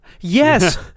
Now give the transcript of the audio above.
Yes